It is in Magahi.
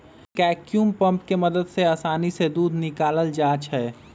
वैक्यूम पंप के मदद से आसानी से दूध निकाकलल जाइ छै